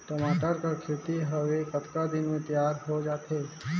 टमाटर कर खेती हवे कतका दिन म तियार हो जाथे?